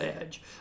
edge